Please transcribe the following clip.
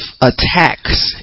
attacks